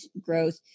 growth